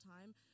time